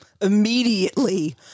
immediately